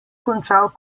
končal